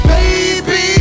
Baby